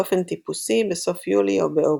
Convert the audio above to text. באופן טיפוסי בסוף יולי או באוגוסט.